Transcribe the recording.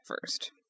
first